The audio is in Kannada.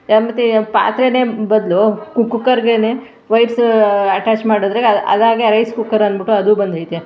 ತೆಯ ಪಾತ್ರೆನೆ ಬದಲು ಕುಕ್ಕರ್ಗೆನೇ ವೈಪ್ಸ್ ಅಟ್ಯಾಚ್ ಮಾಡಿದ್ರೆ ಅದಾಗೆ ರೈಸ್ ಕುಕ್ಕರ್ ಅಂದ್ಬಿಟ್ಟು ಅದೂ ಬಂದೈತೆ